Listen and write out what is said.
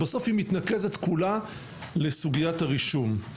בסוף היא מתנקזת כולה לסוגיית הרישום.